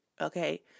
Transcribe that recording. okay